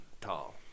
tall